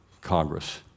Congress